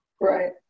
Right